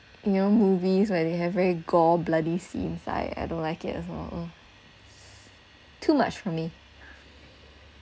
new movies where they have very gore bloody scenes I I don't like it as well uh too much for me